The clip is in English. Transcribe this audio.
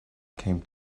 came